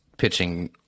pitching